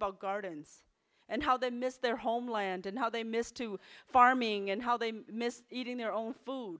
about gardens and how they missed their homeland and how they missed to farming and how they missed eating their own food